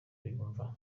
kuyumva